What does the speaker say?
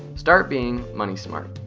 start being money smart.